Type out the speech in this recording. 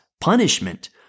punishment